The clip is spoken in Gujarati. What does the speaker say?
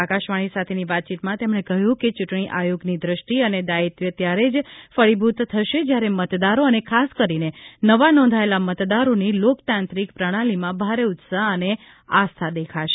આકાશવાણી સાથેની વાતચીતમાં તેમણે કહ્યું છે કે ચૂંટણી આયોગની દેષ્ટિ અને દાયિત્વ ત્યારે જ ફળિભૂત થશે જ્યારે મતદારો અને ખાસ કરીને નવા નોંધાયેલા મતદારોની લોકતાંત્રિક પ્રણાલીમાં ભારે ઉત્સાહ અને આસ્થા દેખાશે